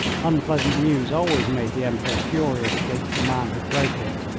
unpleasant news always made the emperor furious against the man who broke it.